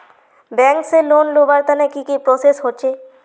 Bank से loan लुबार तने की की प्रोसेस होचे?